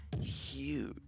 huge